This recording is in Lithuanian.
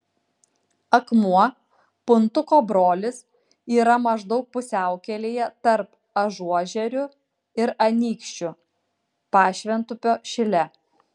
akmuo puntuko brolis yra maždaug pusiaukelėje tarp ažuožerių ir anykščių pašventupio šile